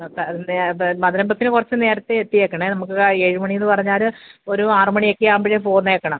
മധുരം വെയ്പ്പിന് കുറച്ച് നേരത്തെ എത്തിയേക്കണം നമുക്കാ ഏഴുമണിയെന്നു പറഞ്ഞാൽ ഒരു ആറു മണിയൊക്കെ ആകുമ്പോഴേ പോന്നേക്കണം